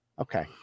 Okay